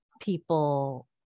people